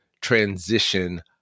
transition